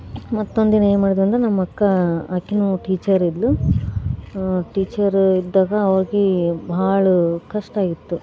ಮತ್ತೊಂದು ದಿನ ಏನು ಮಾಡಿದೆವು ಅಂದ್ರೆ ನಮ್ಮಕ್ಕ ಆಕೆಯೂ ಟೀಚರ್ ಇದ್ದಳು ಟೀಚರ್ ಇದ್ದಾಗ ಅವ್ಳಿಗೆ ಭಾಳ ಕಷ್ಟ ಇತ್ತು